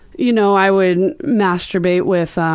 you know, i would masturbate with